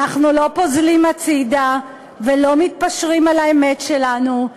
אנחנו לא פוזלים הצדה ולא מתפשרים על האמת שלנו,